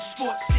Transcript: Sports